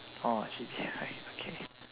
oh actually okay